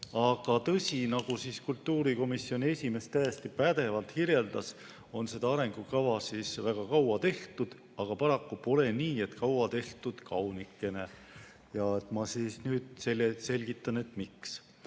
aga tõsi, nagu kultuurikomisjoni esimees täiesti pädevalt kirjeldas, seda arengukava on väga kaua tehtud, aga paraku pole nii, et kaua tehtud kaunikene. Ma nüüd selgitan, miks.